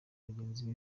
bagenzi